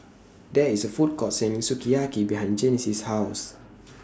There IS A Food Court Selling Sukiyaki behind Genesis' House